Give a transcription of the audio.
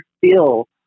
feel